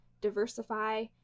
diversify